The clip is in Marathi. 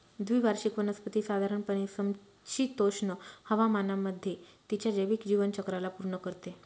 द्विवार्षिक वनस्पती साधारणपणे समशीतोष्ण हवामानामध्ये तिच्या जैविक जीवनचक्राला पूर्ण करते